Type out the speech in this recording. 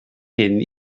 hyn